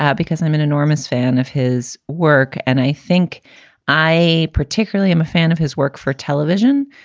yeah because i'm an enormous fan of his work and i think i particularly am a fan of his work for television.